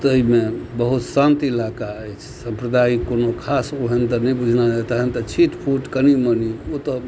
तैमे बहुत शान्ति इलाका अछि सम्प्रदायिक कोनो खास ओहन तऽ नहि बुझना रहय तहन तऽ छीट फूट कनि मनि ओतऽ